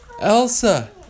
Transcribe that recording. Elsa